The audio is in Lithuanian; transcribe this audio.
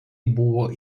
buvo